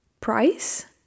price